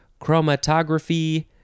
chromatography